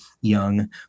young